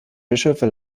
bischöfe